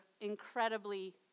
incredibly